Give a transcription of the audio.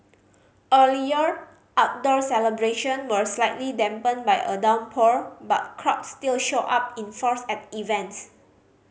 earlier outdoor celebration were slightly dampened by a downpour but crowds still showed up in force at events